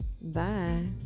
Bye